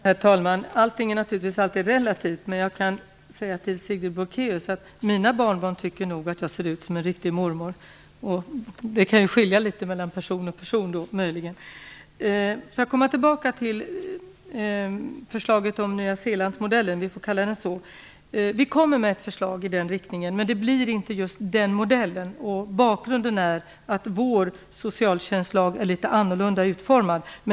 Herr talman! Allting är naturligtvis relativt, men jag kan säga till Sigrid Blockéus att mina barnbarn nog tycker att jag ser ut som en riktig mormor. Men det kan möjligen skilja från person till person. Får jag komma tillbaka till förslaget om Nya Zeelands-modellen, om vi får kalla den så. Vi kommer med ett förslag i den riktningen, men det blir inte just den modellen. Bakgrunden är att vår socialtjänstlag är litet annorlunda utformad.